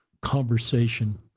conversation